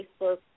Facebook